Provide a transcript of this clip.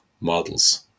Models